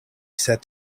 said